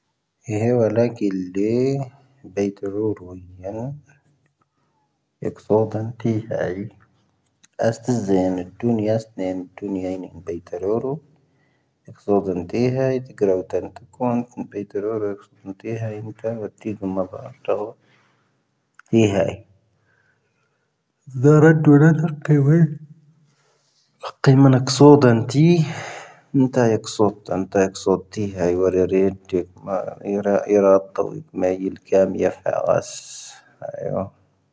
ⵀⴻ ⵀⴻ ⵡⴰ ⵍⴰⴽ ⵉⵍ ⵍⴻ, ⵉⵏ ⴱⴰⵢⵜⴰⵔ oⵔo ⵀⵉⵢⴰⵏ, ⴻⴽ ⵙoⵜ ⴷⴰⵏ ⵜⵉⵀⴰⵢ, ⴰⵙⵜ ⵣⴻⵢⴰⵏ, ⴷⵓⵏ ⵢⴰⵙ ⵏⴻⵏⴻ, ⴷⵓⵏ ⵢⴰⵉⵏ ⵉⵏ ⴱⴰⵢⵜⴰⵔ oⵔo. ⴻⴽ ⵙoⵜ ⴷⴰⵏ ⵜⵉⵀⴰⵢ, ⴷⴻⴳⵔⴰ oⵜⴰⵏ ⵜⴻ ⴽoⵏⴼ, ⵉⵏ ⴱⴰⵢⵜⴰⵔ oⵔo ⴻⴽ ⵙoⵜ ⴷⴰⵏ ⵜⵉⵀⴰⵢ, ⵉⵏ ⵜⴰ ⵡⴰ ⵜⵉⵀⵓⵎ ⵎⴰ ⴱⴰⴰⵍ ⵜⴰⵡ. ⵀⵉ ⵀⴻⵉ. ⵜⵀⴻ ⵔⴻⴷ-ⵔⴻⴷ ⴻⴽ ⴽⵉⴻⵡⴻⵍ, ⴻⴽ ⵜⵉⵀⴰⵢ ⵎⴰⵏ ⴻⴽ ⵙoⵜ ⴷⴰⵏ ⵜⵉⵀⴰⵢ, ⵉⵏ ⵜⴰ ⴻⴽ ⵙoⵜ ⴷⴰⵏ ⵜⴰ ⴻⴽ ⵙoⵜ ⵜⵉⵀⴰⵢ ⵡⴰ ⵍⴻⵔⴻ, ⵉⵏ ⵜⴻ ⴻⴽ ⵎⴰ ⵉⵔⴰ, ⵉⵔⴰ ⵜⴰⵡ ⴻⴽ ⵎⴰ ⵉⵍ ⴽⵢⴰ ⵎⵉⵢⴰ ⴼⴰⴰⵍⴰⵙ. ⵀⴰⵉ ⵢo.